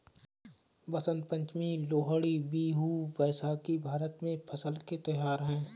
बसंत पंचमी, लोहड़ी, बिहू, बैसाखी भारत में फसल के त्योहार हैं